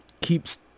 Keeps